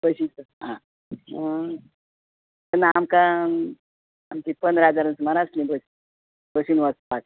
कशी आसा आं तेन्ना आमकां आमची पंदरां जाण सुमार आसली बसीन वचपाक